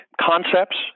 concepts